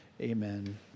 amen